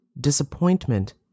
disappointment